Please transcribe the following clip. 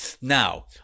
Now